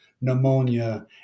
Pneumonia